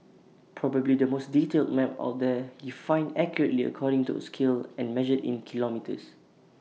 probably the most detailed map out there defined accurately according to scale and measured in kilometres